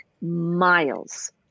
miles